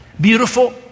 Beautiful